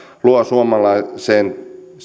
luo suomalaiseen